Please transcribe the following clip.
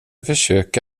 försöka